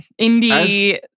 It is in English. Indie